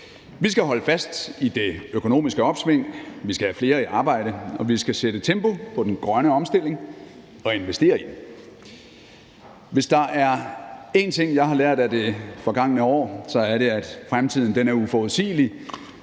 Vi skal holde fast i det økonomiske opsving, vi skal have flere i arbejde, og vi skal sætte tempo på den grønne omstilling og investere i den. Hvis der er en ting, jeg har lært af det forgangne år, er det, at fremtiden er uforudsigelig,